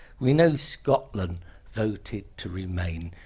we know scotland voted to remain,